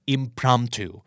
Impromptu